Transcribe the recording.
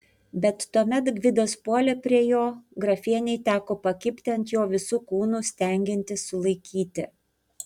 bet tuomet gvidas puolė prie jo grafienei teko pakibti ant jo visu kūnu stengiantis sulaikyti